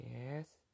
Yes